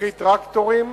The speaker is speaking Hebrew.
וכי טרקטורים